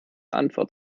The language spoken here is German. antwort